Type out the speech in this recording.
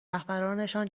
رهبرانشان